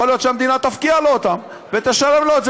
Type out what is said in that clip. יכול להיות שהמדינה תפקיע לו אותן ותשלם לו את זה